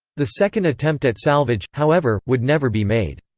the second attempt at salvage, however, would never be made.